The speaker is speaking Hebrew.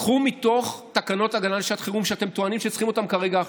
קחו מתוך תקנות ההגנה לשעת חירום שאתם טוענים שצריכים אותן כרגע,